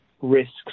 risks